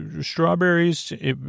Strawberries